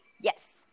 Yes